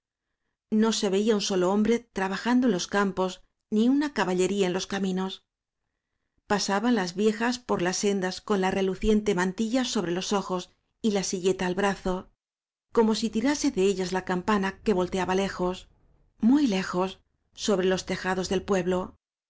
no se veía un solo hombre trabajando en los campos ni una caballería en los caminos pasaban las viejas por las sendas con la reluciente manti lla sobre los ojos y la silleta al brazo como si tirase de ellas la campana que volteaba lejos muy lejos sobre los tejados del pueblo